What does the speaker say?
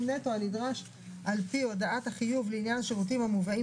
נטו הנדרש על פי הודעת החיוב לעניין השירותים המובאים